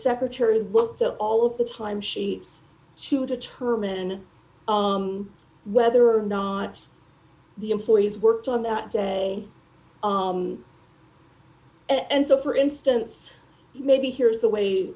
secretary looked at all of the time sheets to determine whether or not the employees worked on that day and so for instance maybe here is the way